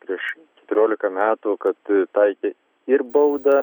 prieš turiolika metų kad taikė ir baudą